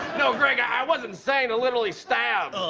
no, greg, i i wasn't saying a literally stab. oh.